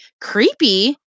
Creepy